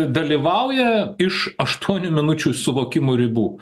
dalyvauja iš aštuonių minučių suvokimo ribų